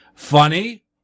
Funny